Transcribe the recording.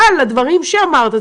אבל הדברים שאמרת,